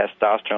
testosterone